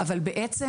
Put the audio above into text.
אבל בעצם,